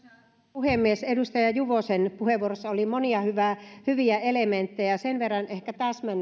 puhemies edustaja juvosen puheenvuorossa oli monia hyviä elementtejä sen verran ehkä täsmennän